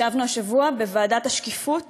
ישבנו השבוע בוועדת השקיפות